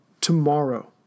tomorrow